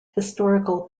historical